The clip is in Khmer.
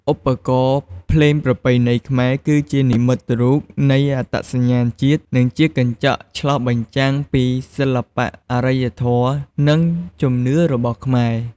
ឧបករណ៍ភ្លេងប្រពៃណីខ្មែរ គឺជានិមិត្តរូបនៃអត្តសញ្ញាណជាតិ និងជាកញ្ចក់ឆ្លុះបញ្ចាំងពីសិល្បៈ អរិយធម៌ និងជំនឿរបស់ខ្មែរ។